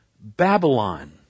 Babylon